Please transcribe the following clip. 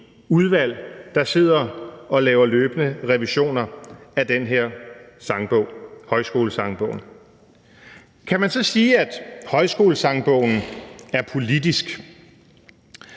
udvalg, der sidder og laver løbende revisioner af den her sangbog, Højskolesangbogen. Kan man så sige, at Højskolesangbogen er politisk?